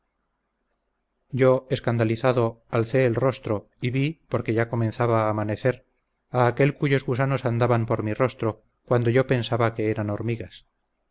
yo escandalizado alcé el rostro y vi porque ya comenzaba a amanecer a aquel cuyos gusanos andaban por mi rostro cuando yo pensaba que eran hormigas